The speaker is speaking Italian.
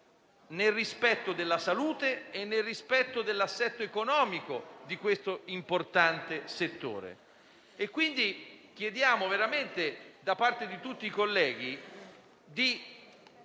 nel rispetto della salute e dell'assetto economico di questo importante settore.